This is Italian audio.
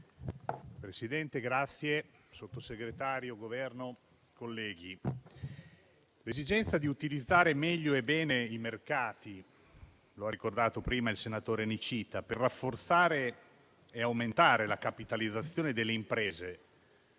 Presidente, signor Sottosegretario, colleghi, l'esigenza di utilizzare meglio e bene i mercati - lo ha ricordato prima il senatore Nicita - per rafforzare e aumentare la capitalizzazione delle imprese